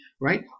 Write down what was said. right